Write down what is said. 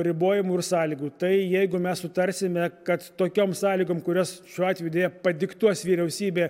ribojimų ir sąlygų tai jeigu mes sutarsime kad tokiom sąlygom kurios šiuo atveju deja padiktuos vyriausybė